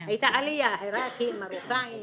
הייתה עלייה של עירקים, מרוקאים